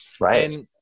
Right